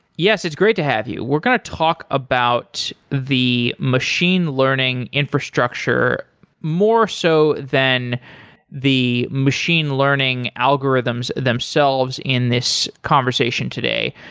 yes, it's great to have you. we're going to talk about the machine learning infrastructure more so than the machine learning algorithms themselves in this conversation today.